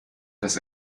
das